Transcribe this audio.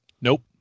Nope